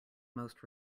most